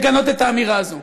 לגנות את האמירה הזאת.